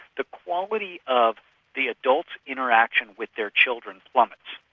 the quality of the adult's interaction with their children plummets.